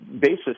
basis